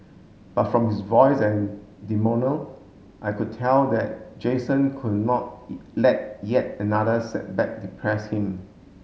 but from his voice and I could tell that Jason could not let yet another setback depress him